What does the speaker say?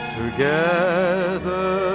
together